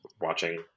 watching